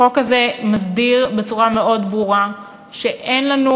החוק הזה מסביר בצורה מאוד ברורה שאין לנו